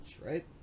right